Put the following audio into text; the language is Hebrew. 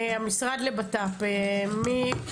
המשרד לבט"פ ואז